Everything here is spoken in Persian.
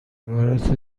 عبارت